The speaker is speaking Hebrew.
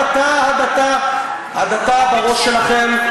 הדתה, הדתה, הדתה בראש שלכם.